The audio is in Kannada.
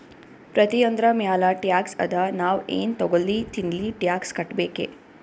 ಪ್ರತಿಯೊಂದ್ರ ಮ್ಯಾಲ ಟ್ಯಾಕ್ಸ್ ಅದಾ, ನಾವ್ ಎನ್ ತಗೊಲ್ಲಿ ತಿನ್ಲಿ ಟ್ಯಾಕ್ಸ್ ಕಟ್ಬೇಕೆ